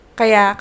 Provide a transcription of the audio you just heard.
kaya